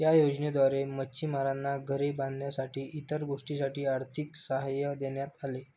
या योजनेद्वारे मच्छिमारांना घरे बांधण्यासाठी इतर गोष्टींसाठी आर्थिक सहाय्य देण्यात आले